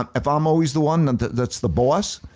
um if i'm always the one that's the boss,